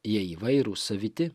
jie įvairūs saviti